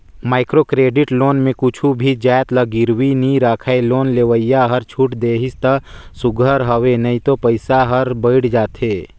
micro credit loan में कुछु भी जाएत ल गिरवी नी राखय लोन लेवइया हर छूट देहिस ता सुग्घर हवे नई तो पइसा हर बुइड़ जाथे